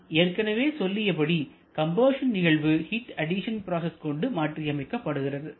நான் ஏற்கனவே சொல்லியபடி கம்பஷன் நிகழ்வு ஹிட் அடிசன் ப்ராசஸ் கொண்டு மாற்றியமைக்கப்படுகிறது